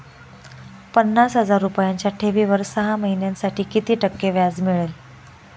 पन्नास हजार रुपयांच्या ठेवीवर सहा महिन्यांसाठी किती टक्के व्याज मिळेल?